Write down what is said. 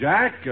Jack